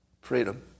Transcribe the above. freedom